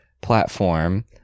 platform